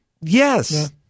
Yes